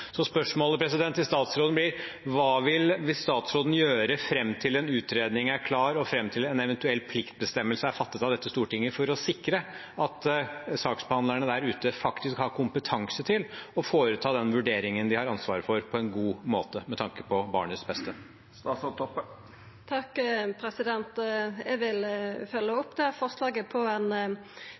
Spørsmålet til statsråden blir: Hva vil statsråden gjøre fram til en utredning er klar, og fram til en eventuell pliktbestemmelse er fattet av dette Stortinget, for å sikre at saksbehandlerne der ute faktisk har kompetanse til å foreta den vurderingen de har ansvar for, på en god måte, med tanke på barnets beste? Eg vil følgja opp det forslaget på